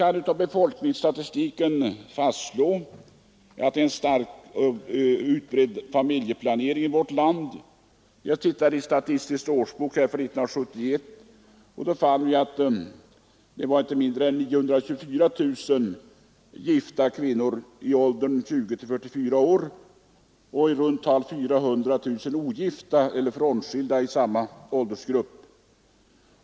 Av befolkningsstatistiken kan vi fastslå att familjeplaneringen i vårt land är starkt utbredd. I Statistisk årsbok för 1971 läser jag att det då fanns inte mindre än 924 000 gifta kvinnor i åldern 20—44 år och i runt tal 400 000 ogifta eller frånskilda kvinnor i samma åldersgrupp.